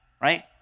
right